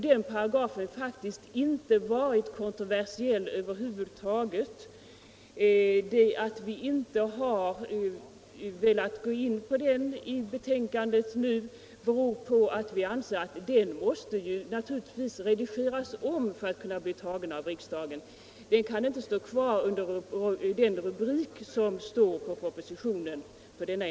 Den paragrafen har faktiskt inte varit kontroversiell över huvud taget. Att vi inte har velat gå med på den nu beror på att vi anser att den — naturligtvis — måste redigeras om för att kunna bli antagen av riksdagen. Denna enda paragraf kan inte stå kvar under den rubrik som propositionen föreslår.